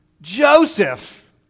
Joseph